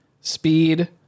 Speed